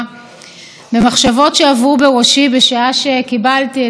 שלפיה 25 חברי כנסת מטעם האופוזיציה מבקשים לכנס